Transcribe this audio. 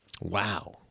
Wow